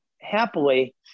happily